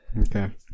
Okay